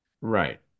Right